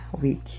week